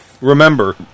remember